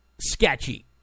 sketchy